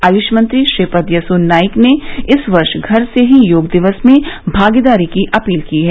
आयुष मंत्री श्रीपद यसो नाइक ने इस वर्ष घर से ही योग दिवस में भागीदारी की अपील की है